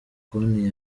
konti